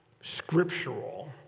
scriptural